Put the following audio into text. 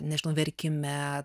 nežinau verkime